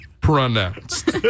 pronounced